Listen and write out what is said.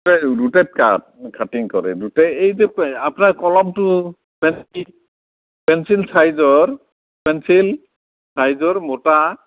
ৰু rooted cut cutting কৰে দুটাই এই যে আপোনাৰ কলমটো পেঞ্চিল পেঞ্চিল ছাইজৰ পেঞ্চিল ছাইজৰ মোটা